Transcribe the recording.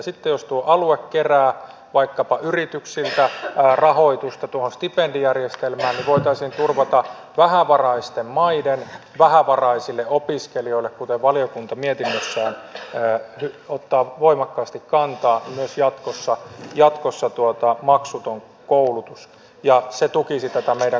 sitten jos alue kerää vaikkapa yrityksiltä rahoitusta tuohon stipendijärjestelmään niin voitaisiin turvata vähävaraisten maiden vähävaraisille opiskelijoille kuten valiokunta mietinnössään ottaa voimakkaasti kantaa myös jatkossa maksuton koulutus ja se tukisi tätä meidän kansainvälisyyttämme